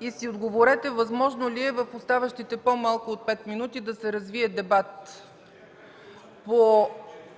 и си отговорете – възможно ли е в оставащите по-малко от 5 минути да се развие дебат по